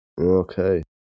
Okay